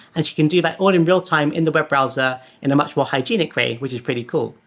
and she can do that all in real time in the web browser in a much more hygienic way, which is pretty cool.